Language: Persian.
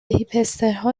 هیپسترها